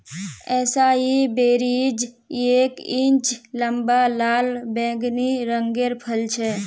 एसाई berries एक inch लंबा लाल बैंगनी रंगेर फल छे